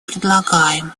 предлагаем